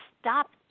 stop